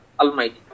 Almighty